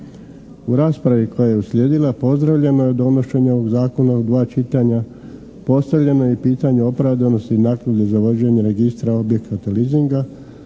U raspravi koja je uslijedila pozdravljeno je donošenje ovog zakona u dva čitanja. Postavljeno je i pitanje opravdanosti i naknade za vođenje registra objekata leasinga,